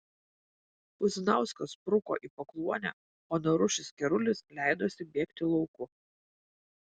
puzinauskas spruko į pakluonę o narušis kerulis leidosi bėgti lauku